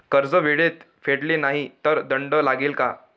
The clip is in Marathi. कर्ज वेळेत फेडले नाही तर दंड लागेल का?